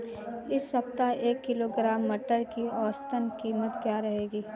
इस सप्ताह एक किलोग्राम मटर की औसतन कीमत क्या रहेगी?